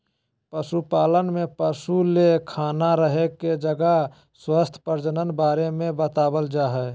पशुपालन में पशु ले खाना रहे के जगह स्वास्थ्य प्रजनन बारे में बताल जाय हइ